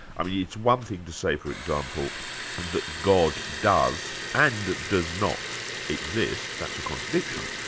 i mean it's one thing to say for example that god does and does not exist that's a contradiction.